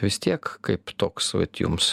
vis tiek kaip toks vat jums